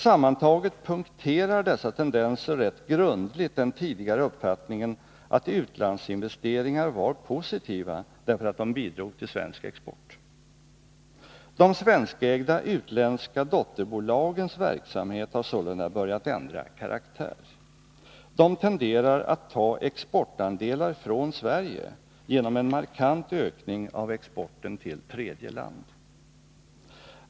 Sammantaget punkterar dessa tendenser rätt grundligt den tidigare uppfattningen att utlandsinvesteringar var positiva därför att de bidrog till svensk export. De svenskägda utländska dotterbolagens verksamhet har sålunda börjat ändra karaktär. De tenderar att ta exportandelar från Sverige genom en markant ökning av exporten till tredje land.